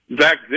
Zach